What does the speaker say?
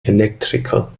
elektriker